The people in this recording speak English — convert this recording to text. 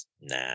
Nah